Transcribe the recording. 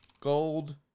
Gold